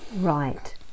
Right